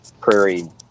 prairie